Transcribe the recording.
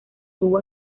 tuvo